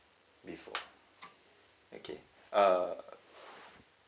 uh before okay